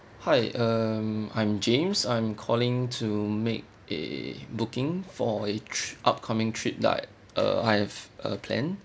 hi um I'm james I'm calling to make a booking for a tri~ upcoming trip that I uh I have uh planned